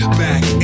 back